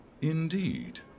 Indeed